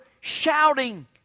shouting